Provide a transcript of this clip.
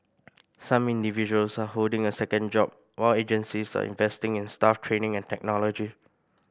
some individuals are holding a second job while agencies are investing in staff training and technology